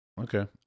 Okay